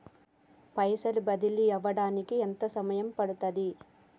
పైసలు బదిలీ అవడానికి ఎంత సమయం పడుతది?